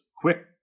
quick